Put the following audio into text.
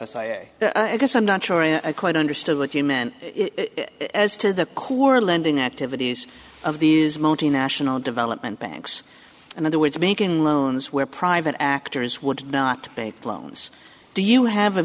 immunity i guess i'm not sure i quite understood what you meant as to the core lending activities of these multinational development banks and other words making loans where private actors would not be loans do you have a